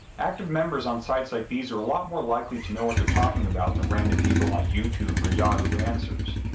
active members on sites like these are a lot more likely to know what they're talking about than random people on youtube or yahoo answers.